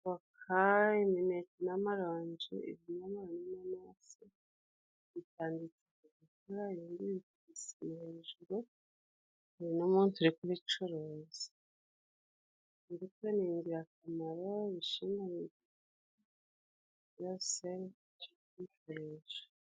voka, imineke n'amaronji, ibinyomoro n'inanasi bitanditse ku miifuka ibindi biri ku gisima hejuru, hari n'umuntu uri kubicuruza. Imbuto ni ingirakamaro ibishimbo ni ingirakamaro, byose ni ngombwa kubikoresha.